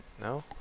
No